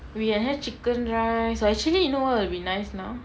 we had had chicken rice err actually you know what will be nice now